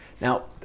Now